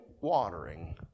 watering